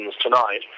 tonight